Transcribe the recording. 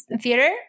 Theater